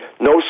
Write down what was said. no